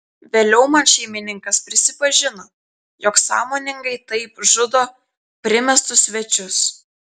vėliau man šeimininkas prisipažino jog sąmoningai taip žudo primestus svečius